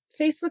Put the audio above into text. Facebook